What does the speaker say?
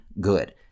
good